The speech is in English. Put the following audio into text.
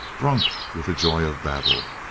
drunk with the joy of battle.